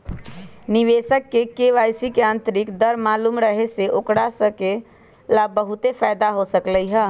निवेशक स के वापसी के आंतरिक दर मालूम रहे से ओकरा स ला बहुते फाएदा हो सकलई ह